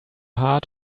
heart